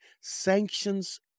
Sanctions